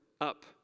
up